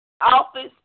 office